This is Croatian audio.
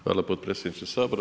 Hvala potpredsjedniče Sabora.